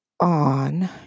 on